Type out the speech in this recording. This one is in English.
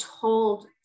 told